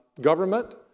government